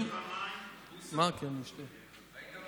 מכתב עם